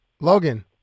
Logan